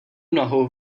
nohou